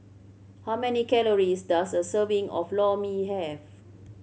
how many calories does a serving of Lor Mee have